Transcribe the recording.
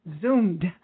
zoomed